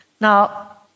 Now